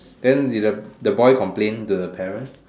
then did the the boy complain to the parents